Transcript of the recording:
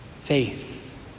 faith